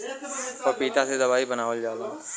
पपीता से दवाई बनावल जाला